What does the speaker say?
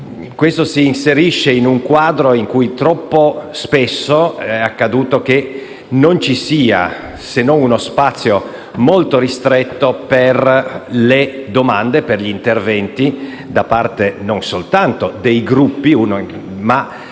L'episodio si inserisce in un quadro in cui troppo spesso è accaduto che ci fosse uno spazio troppo ristretto per le domande e gli interventi, non soltanto dei Gruppi, ma